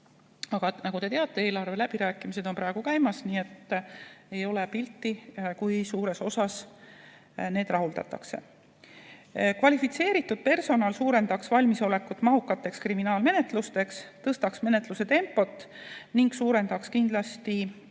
Aga nagu te teate, eelarve läbirääkimised on praegu käimas, nii et ei ole [selget] pilti, kui suures osas need rahuldatakse. Kvalifitseeritud personal suurendaks valmisolekut mahukateks kriminaalmenetlusteks, tõstaks menetluse tempot ning suurendaks kindlasti